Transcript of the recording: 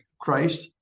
Christ